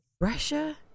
russia